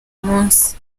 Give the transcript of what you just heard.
munsi